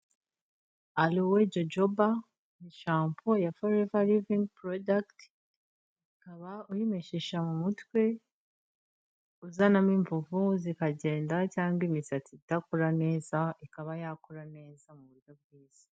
Alowe jojoba ni shampo ya foreva livingi porodagiti, ukaba uyimeshesha mu mutwe uzanamo imvuvu zikagenda cyangwa imisatsi idakura neza ikaba yakura neza mu buryo bwiza.